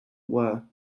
were